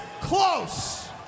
close